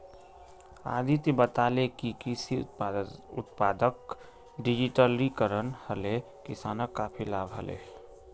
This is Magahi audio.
अदित्य बताले कि कृषि उत्पादक डिजिटलीकरण हले किसानक काफी लाभ हले